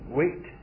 wait